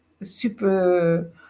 super